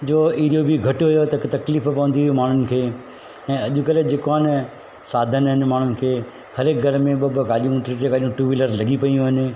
जो एरियो बि घटि हुयो त बि तकलीफ़ु पवंदी हुई माण्हुनि खे ऐं अॼुकल्ह जेको आहे न साधन आहिनि माण्हुनि खे हर हिकु घर में ॿ ॿ गाॾियूं टे टे गाॾियूं टू वीलर लॻियूं पयूं आहिनि